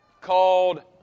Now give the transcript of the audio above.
called